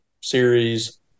series